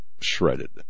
shredded